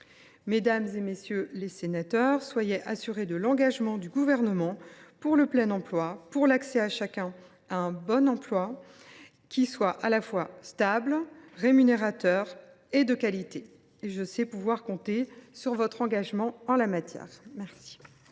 Mesdames, messieurs les sénateurs, soyez assurés de l’engagement du Gouvernement pour le plein emploi, pour l’accès de chacun à un « bon emploi », qui soit à la fois stable, rémunérateur et de qualité. Je sais pouvoir compter sur votre engagement en la matière. La